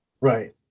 Right